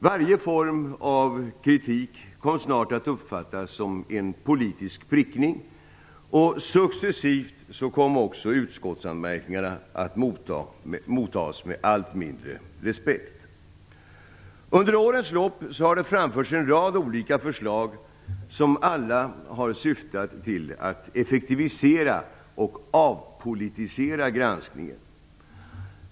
Varje form av kritik kom snart att uppfattas som en politisk prickning, och successivt kom utskottsanmärkningarna också att mottas med allt mindre respekt. Under årens lopp har det framförts en rad olika förslag som har syftat till att effektivisera och avpolitisera granskningen.